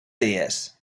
dies